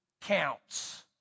counts